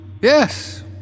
Yes